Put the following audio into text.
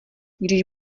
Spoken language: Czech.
když